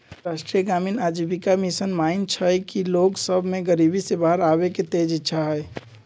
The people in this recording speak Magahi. राष्ट्रीय ग्रामीण आजीविका मिशन मानइ छइ कि लोग सभ में गरीबी से बाहर आबेके तेज इच्छा हइ